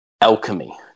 alchemy